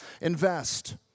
invest